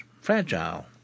fragile